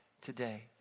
today